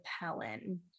Helen